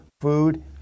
food